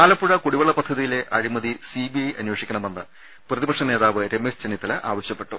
ആലപ്പുഴ കുടിവെള്ള പദ്ധതിയിലെ അഴിമതി സിബിഐ അനേ ഷിക്കണമെന്ന് പ്രതിപക്ഷനേതാവ് രമേഷ് ചെന്നിത്തല ആവശ്യപ്പെട്ടു